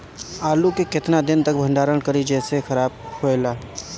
आलू के केतना दिन तक भंडारण करी जेसे खराब होएला?